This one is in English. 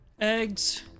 Eggs